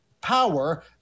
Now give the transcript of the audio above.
power